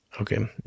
okay